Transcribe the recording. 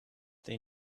they